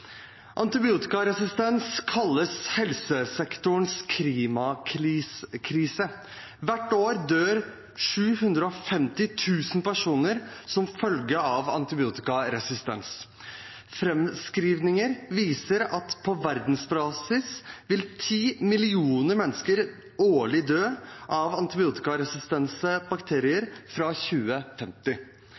Antibiotikaresistens kalles helsesektorens klimakrise. Hvert år dør 750 000 personer som følge av antibiotikaresistens. Framskrivinger viser at på verdensbasis vil ti millioner mennesker årlig dø av antibiotikaresistente bakterier fra 2050.